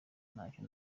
ntacyo